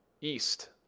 east